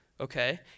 okay